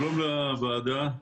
שלום לוועדה,